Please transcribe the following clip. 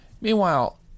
Meanwhile